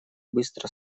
быстро